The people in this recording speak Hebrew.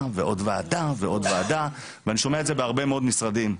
ועוד וועדה ואני שומע את זה בהרבה מאוד משרדים,